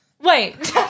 Wait